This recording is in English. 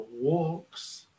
walks